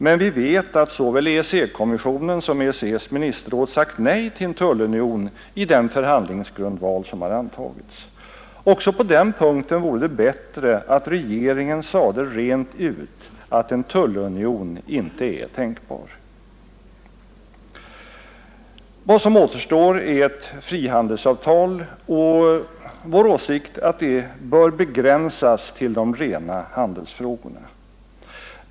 Men vi vet att såväl EEC-kommissionen som EEC:s ministerråd har sagt nej till en tullunion i den förhandlingsgrundval som har antagits. Också på den punkten vore det bättre att regeringen sade rent ut att en tullunion inte är tänkbar. Vad som återstår är ett frihandelsavtal. Vår åsikt är att det bör begränsas till de rena handelsfrågorna.